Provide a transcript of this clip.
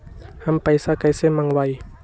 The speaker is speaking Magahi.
हम पैसा कईसे मंगवाई?